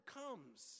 comes